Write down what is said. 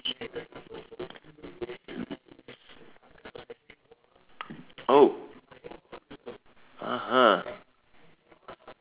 oh (uh huh)